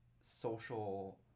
social